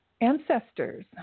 ancestors